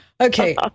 Okay